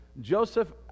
Joseph